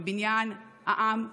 בבניין העם,